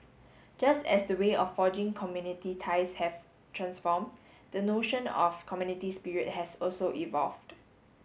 just as the way of forging community ties have transformed the notion of community spirit has also evolved